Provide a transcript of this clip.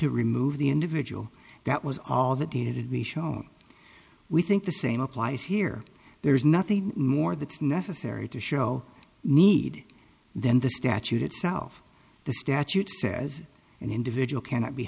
to remove the individual that was all that needed to be shown we think the same applies here there's nothing more that's necessary to show need then the statute itself the statute says an individual cannot be